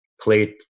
played